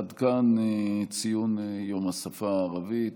עד כאן ציון יום השפה הערבית.